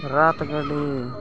ᱨᱟᱛᱷ ᱜᱟᱹᱰᱤ